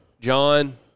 John